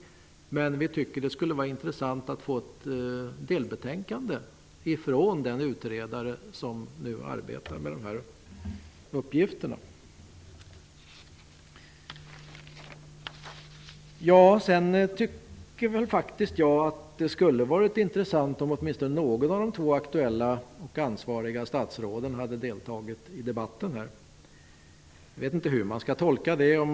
Däremot tycker vi att det skulle vara intressant att få ett delbetänkande från den utredare som nu arbetar med de här uppgifterna. Jag tycker faktiskt att det hade varit av intresse att åtminstone någon av de två aktuella och ansvariga statsråden deltog i den här debatten. Jag vet inte hur man skall tolka deras frånvaro.